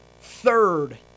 Third